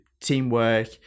teamwork